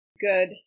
good